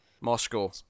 Moscow